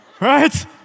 Right